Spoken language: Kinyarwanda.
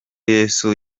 yesu